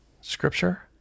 scripture